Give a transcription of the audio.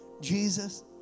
Jesus